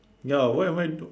ya why am I not